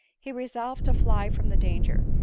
he resolved to fly from the danger,